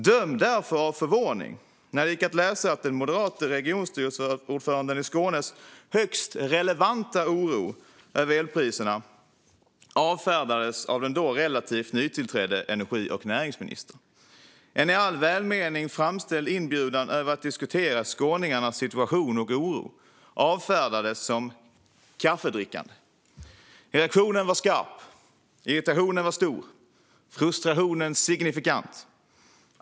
Döm därför om min förvåning när jag läste att Skånes moderate regionstyrelseordförandes högst relevanta oro över elpriserna avfärdades av den då relativt nytillträdda energi och näringsministern. En i all välmening framställd inbjudan att diskutera skåningarnas situation och oro avfärdades som kaffedrickande. Reaktionen var skarp, irritationen stor och frustrationen signifikant.